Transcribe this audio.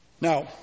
Now